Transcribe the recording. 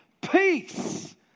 peace